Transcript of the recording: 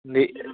नहीं